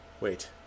Wait